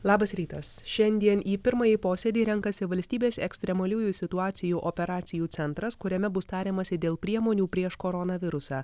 labas rytas šiandien į pirmąjį posėdį renkasi valstybės ekstremaliųjų situacijų operacijų centras kuriame bus tariamasi dėl priemonių prieš koronavirusą